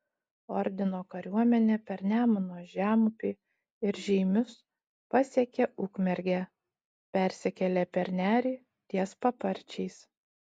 ordino kariuomenė per nemuno žemupį ir žeimius pasiekė ukmergę persikėlė per nerį ties paparčiais